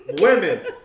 Women